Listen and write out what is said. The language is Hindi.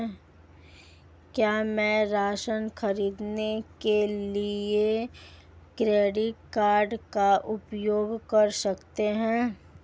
क्या मैं राशन खरीदने के लिए क्रेडिट कार्ड का उपयोग कर सकता हूँ?